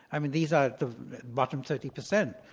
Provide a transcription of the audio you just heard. i mean, these are the bottom thirty percent